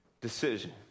decision